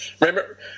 Remember